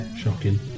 shocking